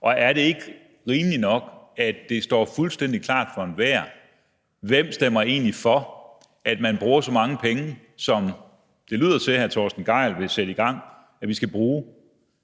Og er det ikke rimeligt nok, at det står fuldstændig klart for enhver, hvem der egentlig stemmer for, at man bruger så mange penge, som det lyder til hr. Torsten Gejl vil sætte os i gang med at bruge?